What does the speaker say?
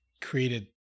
created